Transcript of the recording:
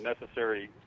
necessary